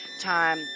time